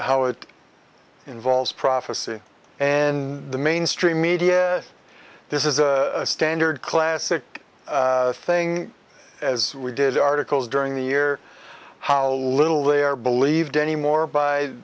how it involves prophecy and the mainstream media this is a standard classic thing as we did articles during the year how little they are believed anymore by